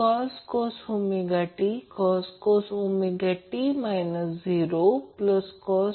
तर Vp VAN परंतु line to line voltage हे आहे म्हणून हा Vab आहे